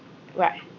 what uh